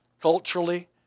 culturally